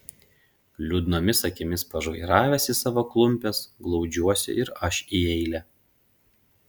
liūdnomis akimis pažvairavęs į savo klumpes glaudžiuosi ir aš į eilę